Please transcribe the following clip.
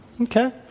Okay